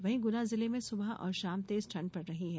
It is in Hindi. वहीं गुना जिले में सुबह और शाम तेज ठंड पड़ रही है